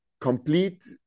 complete